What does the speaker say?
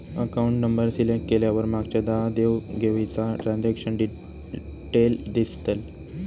account number select केल्यावर मागच्या दहा देव घेवीचा ट्रांजॅक्शन डिटेल दिसतले